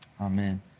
amen